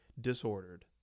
Disordered